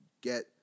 get